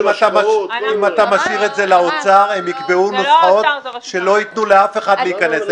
אם אתה משאיר את זה לאוצר הם יקבעו נוסחאות שלא ייתנו לאף אחד להיכנס.